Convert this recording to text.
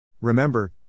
Remember